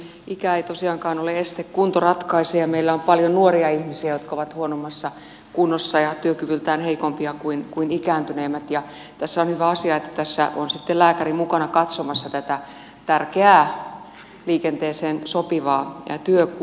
ikä ei tosiaankaan ole este kunto ratkaisee ja meillä on paljon nuoria ihmisiä jotka ovat huonommassa kunnossa ja työkyvyltään heikompia kuin ikääntyneemmät ja on hyvä asia että tässä on sitten lääkäri mukana katsomassa tätä tärkeää liikenteeseen sopivaa työkykyä kuntoa